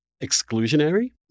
exclusionary